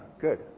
good